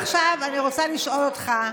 עכשיו, אני רוצה לשאול אותך,